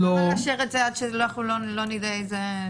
אז לא נאשר את זה עד שלא נראה את זה.